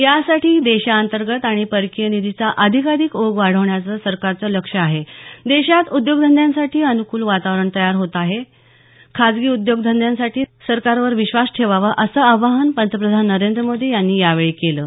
यासाठी देशांतर्गत आणि परकीय निधीचा अधिकाधिक ओघ वाढवण्याचं सरकारचं लक्ष्य आहे देशात उद्योगधंद्यांसाठी अनुकूल वातावरण तयार होत असून खाजगी उद्योगधंद्यांनी सरकारवर विश्वास ठेवावा असं आवाहन पंतप्रधान मोदी यांनी यावेळी केलं आहे